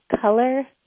color